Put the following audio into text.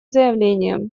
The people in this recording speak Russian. заявлением